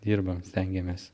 dirbam stengiamės